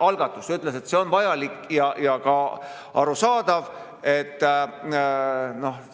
algatust, ütles, et see on vajalik ja arusaadav.